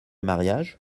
mariage